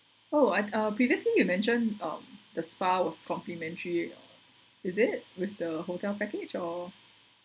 oh at uh previously you mentioned um the spouse complimentary is it with the hotel package or